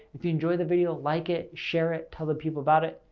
if you enjoy the video, like it, share it, tell the people about it.